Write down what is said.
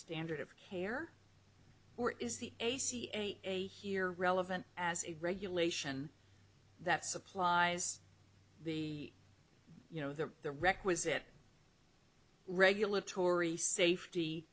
standard of care or is the a c a a here relevant as a regulation that supplies the you know the the requisite regulatory safety